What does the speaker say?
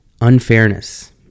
unfairness